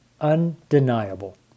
undeniable